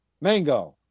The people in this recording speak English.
Mango